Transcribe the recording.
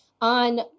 on